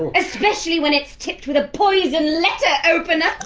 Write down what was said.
and especially when it's tipped with a poisoned letter opener!